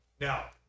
Now